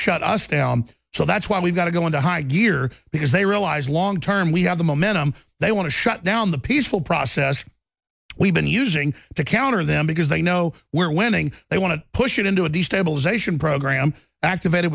shut us down so that's why we've got to go into high gear because they realize long term we have the momentum they want to shut down the peaceful process we've been using to counter them because they know we're winning they want to push it into a destabilization program activated